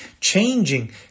changing